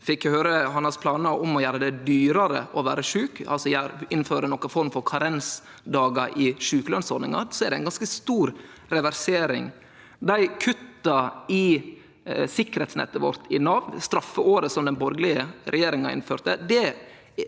fekk eg høyre planane hans om å gjere det dyrare å vere sjuk, altså å innføre ei form for karensdagar i sjukelønsordninga, og det er ei ganske stor reversering. Dei kutta i sikkerheitsnettet vårt i Nav, straffeåret som den borgarlege regjeringa innførte,